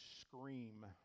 scream